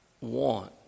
want